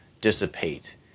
dissipate